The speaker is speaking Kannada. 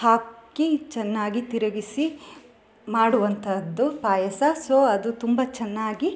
ಹಾಕಿ ಚೆನ್ನಾಗಿ ತಿರುಗಿಸಿ ಮಾಡುವಂಥದ್ದು ಪಾಯಸ ಸೊ ಅದು ತುಂಬ ಚೆನ್ನಾಗಿ